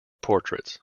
portraits